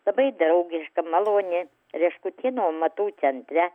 labai draugiška maloni reškutėnų amatų centre